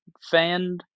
fan